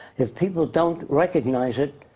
if people don't recognise it,